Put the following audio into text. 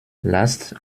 lasst